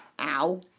ow